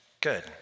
good